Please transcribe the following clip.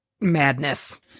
madness